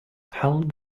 hold